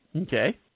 Okay